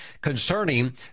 concerning